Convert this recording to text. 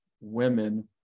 women